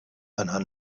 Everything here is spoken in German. einer